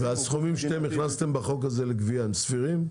והסכומים שאתם הכנסתם בחוק הזה לגביה הם סבירים?